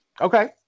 Okay